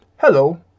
Hello